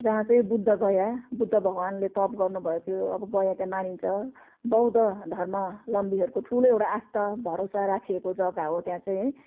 जहाँ चाहिँ बुद्ध गया बुद्ध भगवानले तप गर्नुभएको अब गया त मानिन्छ बौद्ध धर्मावलम्बीहरूको ठुलो एउटा आस्था भरोसा राखिएको जग्गा हो त्यहाँ चाहिँ